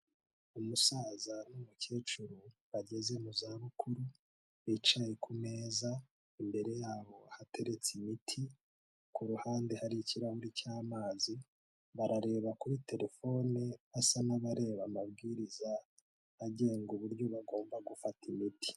Umusaza n'umukecuru bageze mu za bukuru, bicaye ku meza, imbere yabo hateretse imiti; ku ruhande hari ikirahuri cy'amazi, barareba kuri terefone, basa n'abareba amabwiriza agenga uburyo bagomba gufata imiti.